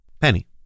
Penny